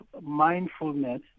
mindfulness